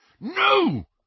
No